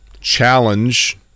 challenge